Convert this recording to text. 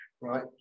right